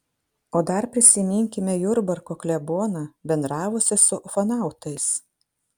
o dar prisiminkime jurbarko kleboną bendravusį su ufonautais